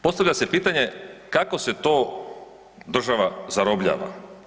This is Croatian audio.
Postavlja se pitanje kako se to država zarobljava?